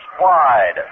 wide